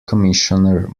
commissioner